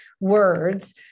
words